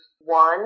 one